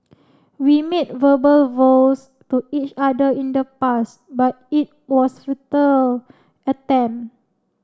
we made verbal vows to each other in the past but it was futile attempt